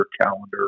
calendar